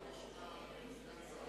את סגן שר